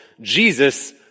Jesus